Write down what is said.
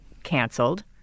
canceled